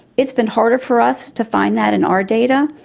it's been harder for us to find that in our data.